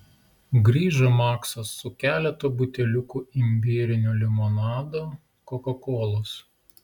grįžo maksas su keletu buteliukų imbierinio limonado kokakolos